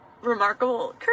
remarkable